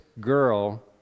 girl